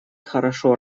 хорошо